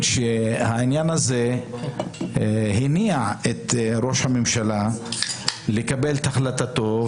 אני מבין שהעניין הזה הניע את ראש הממשלה לקבל את החלטתו